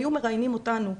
היו מראיינים אותנו.